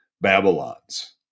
Babylons